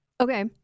okay